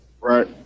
right